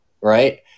right